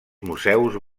museus